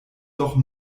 doch